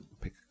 pick